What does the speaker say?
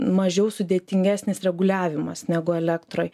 mažiau sudėtingesnis reguliavimas negu elektroj